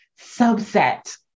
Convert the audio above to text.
subset